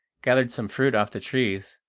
gathered some fruit off the trees,